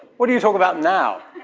what do you talk about now?